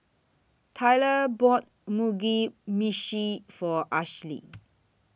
Tyler bought Mugi Meshi For Ashli